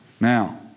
Now